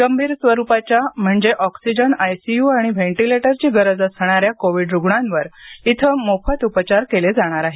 गंभीर स्वरूपाच्या म्हणजे ऑक्सिजन आयसीयू आणि व्हेंटिलेटरची गरज असणाऱ्या कोविड रुग्णांवर इथं मोफत उपचार केले जाणार आहेत